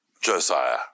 Josiah